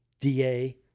DA